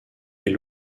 est